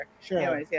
Sure